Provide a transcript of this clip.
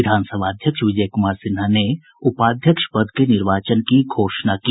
विधान सभाध्यक्ष विजय कुमार सिन्हा ने उपाध्यक्ष पद के निर्वाचन की घोषणा की